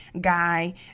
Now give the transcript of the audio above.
guy